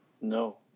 No